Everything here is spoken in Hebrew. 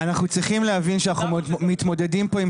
אנחנו צריכים להבין שאנחנו מתמודדים פה עם